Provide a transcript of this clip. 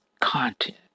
content